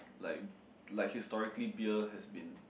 like like historically beer has been